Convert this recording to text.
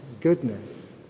goodness